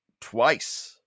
twice